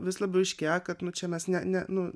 vis labiau aiškėja kad nu čia mes ne ne nu